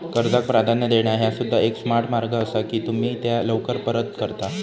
कर्जाक प्राधान्य देणा ह्या सुद्धा एक स्मार्ट मार्ग असा की तुम्ही त्या लवकर परत करता